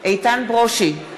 איתן ברושי,